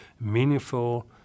meaningful